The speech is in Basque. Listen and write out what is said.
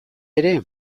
ere